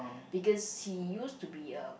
because he used to be a